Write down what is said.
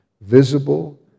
visible